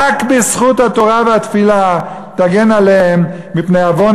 רק זכות התורה והתפילה תגן עליהם מפני עוון